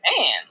man